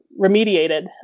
remediated